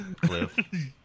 Cliff